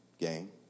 game